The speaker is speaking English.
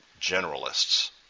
generalists